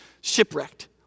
shipwrecked